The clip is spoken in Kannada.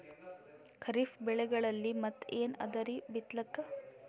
ಖರೀಫ್ ಬೆಳೆಗಳಲ್ಲಿ ಮತ್ ಏನ್ ಅದರೀ ಬಿತ್ತಲಿಕ್?